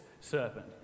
serpent